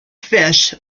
fish